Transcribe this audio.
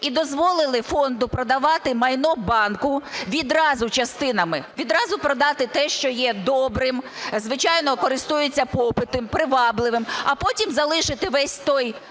і дозволили фонду продавати майно банку відразу частинами, відразу продати те, що є добрим, звичайно користується попитом привабливим, а потім залишити весь той